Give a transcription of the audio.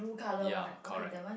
ya correct